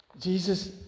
Jesus